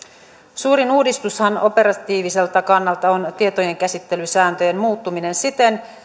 suurin uudistushan operatiiviselta kannalta on tietojenkäsittelysääntöjen muuttuminen siten